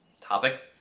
topic